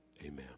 Amen